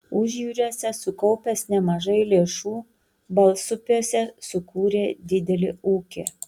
užjūriuose sukaupęs nemažai lėšų balsupiuose sukūrė didelį ūkį